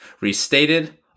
Restated